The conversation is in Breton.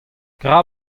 gra